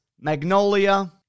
Magnolia